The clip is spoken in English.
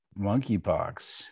Monkeypox